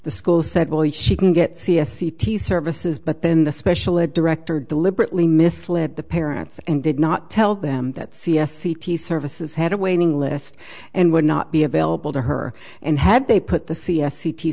the school said well she can get c s c t services but then the special ed director deliberately misled the parents and did not tell them that c s c t services had a waiting list and would not be available to her and had they put the c s